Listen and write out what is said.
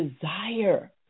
desire